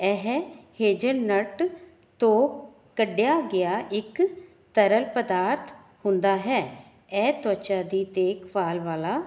ਇਹ ਹੇਜਰਨੱਟ ਤੋਂ ਕੱਢਿਆ ਗਿਆ ਇੱਕ ਤਰਲ ਪਦਾਰਥ ਹੁੰਦਾ ਹੈ ਇਹ ਤਵੱਚਾ ਦੀ ਦੇਖਭਾਲ ਵਾਲਾ